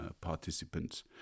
participants